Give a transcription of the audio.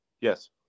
Yes